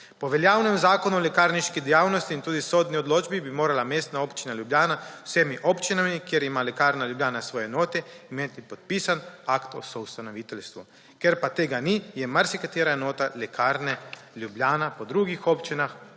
Po veljavnem Zakonu o lekarniški dejavnosti in tudi sodni odločbi bi morala Mestna občina Ljubljana z vsemi občinami, kjer ima Lekarna Ljubljana svoje enote, imeti podpisan akt o soustanoviteljstvu. Ker pa tega ni, je marsikatera enota Lekarne Ljubljana po drugih občinah